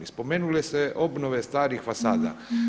Spomenuli ste obnove starih fasada.